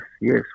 yes